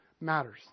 matters